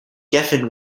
geffen